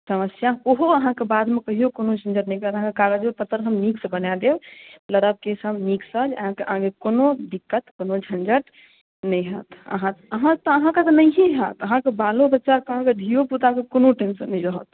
समस्या ओहो अहाँकेँ बादमे कहिओ कोनो झञ्झट नहि करत अहाँके कागजो पत्तर हम नीकसँ बना देब लड़ब केस हम नीकसँ जे अहाँकेँ आगे कोनो दिक्कत कोनो झञ्झट नहि हैत अहाँ अहाँ तऽ अहाँकेँ तऽ नहिए हैत अहाँके बालो बच्चाकेँ धियोपुताकेँ कोनो टेंशन नहि रहत